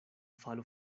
falo